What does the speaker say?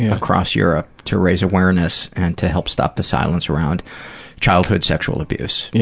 across europe to raise awareness, and to help stop the silence around childhood sexual abuse. yeah